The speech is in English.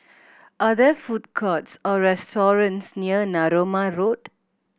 are there food courts or restaurants near Narooma Road